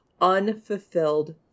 unfulfilled